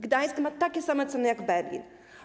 Gdańsk ma takie same ceny jak Berlin.